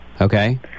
okay